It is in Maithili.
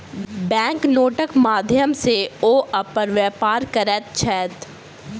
बैंक नोटक माध्यम सॅ ओ अपन व्यापार करैत छैथ